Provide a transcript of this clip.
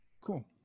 Cool